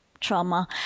trauma